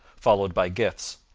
followed by gifts.